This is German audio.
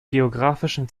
geografischen